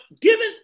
Given